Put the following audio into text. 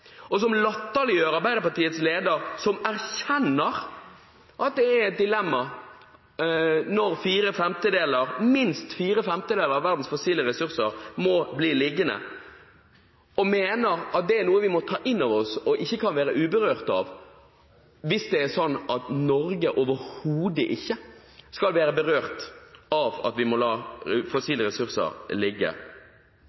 tillegg latterliggjør hun Arbeiderpartiets leder, som erkjenner at det er et dilemma når minst fire femtedeler av verdens fossile ressurser må bli liggende, og som mener at det er noe vi må ta inn over oss og ikke kan være uberørt av – at Norge overhodet ikke skal være berørt av at vi må la fossile ressurser ligge.